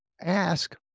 ask